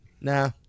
nah